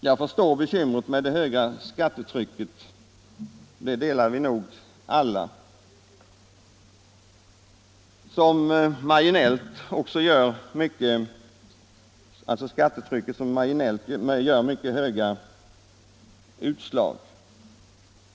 Jag förstår bekymret med det höga skattetrycket som marginellt också ger mycket höga utslag — det delar vi nog alla.